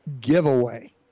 giveaway